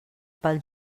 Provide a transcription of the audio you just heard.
pel